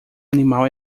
animal